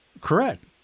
Correct